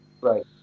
Right